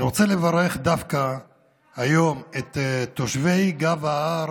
אני רוצה לברך דווקא היום את תושבי גב ההר,